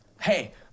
hey